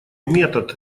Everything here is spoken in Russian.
метод